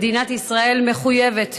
מדינת ישראל מחויבת